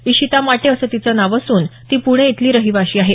इशिता माटे असं तीचं नाव असून ती पुणे इथली रहीवाशी आहे